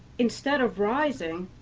instead of rising,